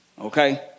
Okay